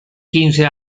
quince